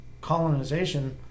colonization